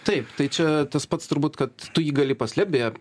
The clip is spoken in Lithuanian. taip tai čia tas pats turbūt kad tu jį gali paslėpt beje